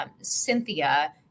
Cynthia